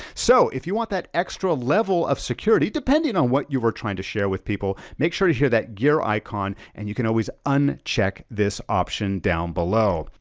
so, if you want that extra level of security, depending on what you are trying to share with people, make sure to share that gear icon and you can always uncheck this option down below.